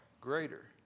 greater